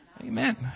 Amen